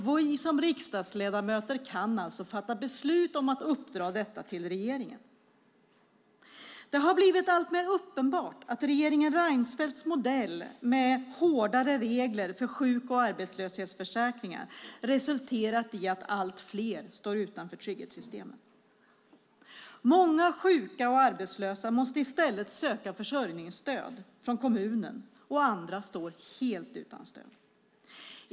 Vi som riksdagsledamöter kan fatta beslut om att uppdra detta till regeringen. Det har blivit alltmer uppenbart att regeringen Reinfeldts modell med hårdare regler för sjuk och arbetslöshetsförsäkringar har resulterat i att allt fler står utanför trygghetssystemen. Många sjuka och arbetslösa måste i stället söka försörjningsstöd från kommunen. Andra står helt utan stöd.